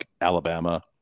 Alabama